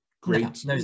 great